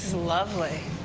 lovely.